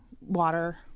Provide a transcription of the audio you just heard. water